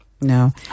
no